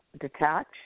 detach